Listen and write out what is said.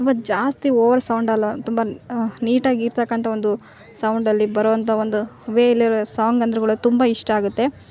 ತುಂಬ ಜಾಸ್ತಿ over sound ಅಲ್ಲ ತುಂಬ ನೀಟಾಗಿ ಇರ್ತಕ್ಕಂಥ ಒಂದು ಸೌಂಡಲ್ಲಿ ಬರೋವಂಥ ಒಂದು ವೇ ಅಲ್ಲಿರುವ ಸಾಂಗ್ ಅಂದ್ರುಗಳು ತುಂಬ ಇಷ್ಟ ಆಗುತ್ತೆ